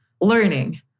learning